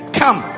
come